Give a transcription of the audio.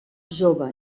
jove